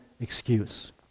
excuse